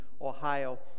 Ohio